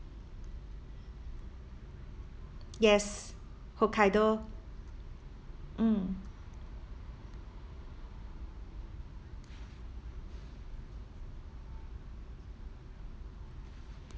yes hokkaido mm